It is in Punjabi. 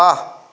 ਆਹ